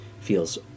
feels